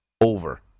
over